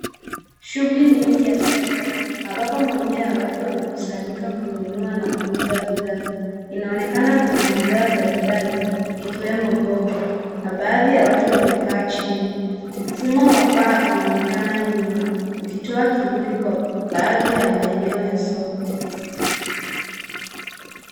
Shughuli nyingi ya soko ambapo mamia ya watu wamekusanyika kununua na kuuza bidhaa. Inaonekana kuna bidhaa mbalimbali ikiwemo mboga na baadhi ya watu wamekaa chini. Mfumo wa paa unaonekana nyuma ukitoa kivuli kwa baadhi ya maeneo ya soko.